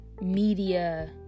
media